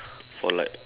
for like